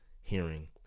hearing